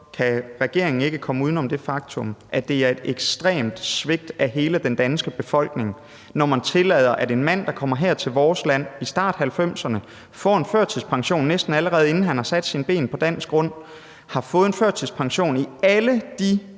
kan regeringen ikke komme uden om det faktum, at det er et ekstremt svigt af hele den danske befolkning, når man tillader, at en mand, der kommer her til vores land i starten af 1990'erne, får en førtidspension, næsten allerede inden han har sat sine ben på dansk grund, og har fået det i alle de